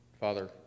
Father